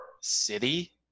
City